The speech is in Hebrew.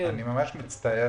למה?